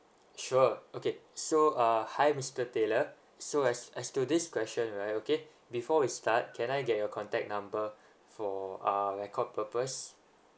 sure okay so uh hi mister taylor so as as to this question right okay before we start can I get your contact number for uh record purpose